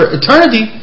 eternity